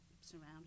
surrounded